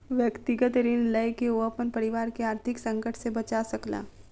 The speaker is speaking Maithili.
व्यक्तिगत ऋण लय के ओ अपन परिवार के आर्थिक संकट से बचा सकला